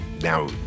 Now